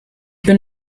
bin